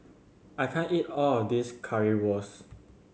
I can't eat all of this Currywurst